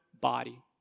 body